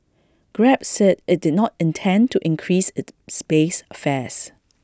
grab said IT did not intend to increase IT space fares